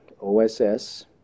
OSS